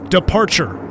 Departure